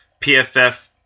PFF